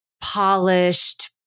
polished